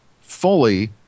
fully